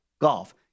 golf